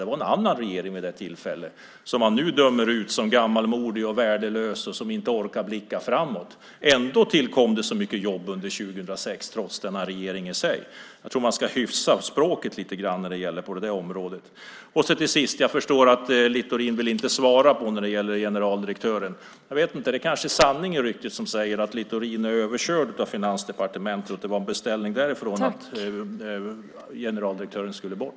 Då var det en annan regering, som man nu dömer ut som gammalmodig, värdelös och oförmögen att blicka framåt. Ändå tillkom det så mycket jobb under 2006, trots denna regering. Man borde hyfsa språket lite grann på det området. Till sist: Jag förstår att Littorin inte vill svara när det gäller generaldirektören. Jag vet inte; kanske talar det rykte sanning som säger att Littorin är överkörd av Finansdepartementet, att det var en beställning därifrån att generaldirektören skulle bort.